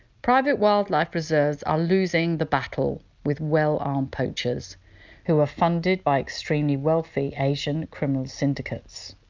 private wildlife reserves are losing the battle with well-armed poachers who are funded by extremely wealthy asian criminal syndicates.